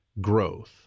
growth